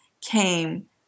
came